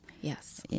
yes